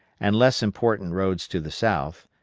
and less important roads to the south,